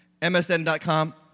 MSN.com